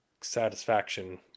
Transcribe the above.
satisfaction